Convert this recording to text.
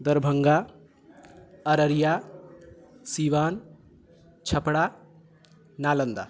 Darbhanga Araria Siwan Chhapra Nalanda